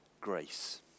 grace